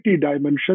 dimension